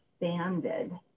expanded